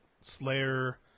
Slayer